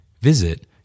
Visit